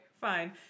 fine